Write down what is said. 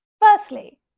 Firstly